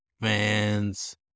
fans